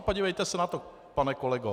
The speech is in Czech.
Podívejte se na to, pane kolego.